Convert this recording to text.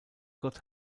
gott